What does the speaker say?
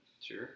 Sure